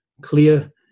clear